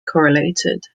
correlated